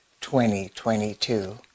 2022